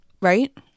right